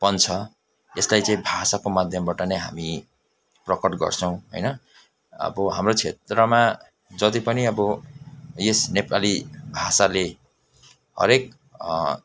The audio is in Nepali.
पन छ यसलाई चाहिँ भाषाको माध्यमबाट नै हामी प्रकट गर्छौँ होइन अब हाम्रो क्षेत्रमा जति पनि अब यस नेपाली भाषाले हरेक